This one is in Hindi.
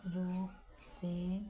रूप से